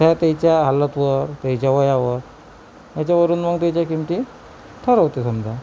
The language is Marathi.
त्या तिच्या हालतवर तिच्या वयावर याच्यावरून मग तिच्या किमती ठरवतेय समजा